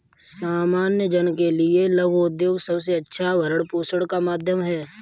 सामान्य जन के लिये लघु उद्योग सबसे अच्छा भरण पोषण का माध्यम है